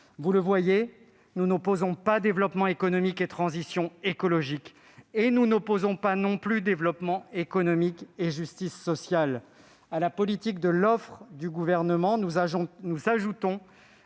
Vous le voyez, nous n'opposons pas le développement économique et la transition écologique, non plus que le développement économique et la justice sociale. À la politique de l'offre du Gouvernement, nous ajoutons